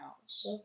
house